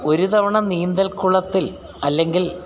ഒരു തവണ നീന്തൽക്കുളത്തിൽ അല്ലെങ്കിൽ